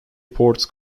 ports